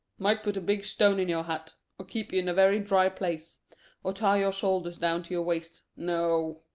might put a big stone in your hat or keep you in a very dry place or tie your shoulders down to your waist no,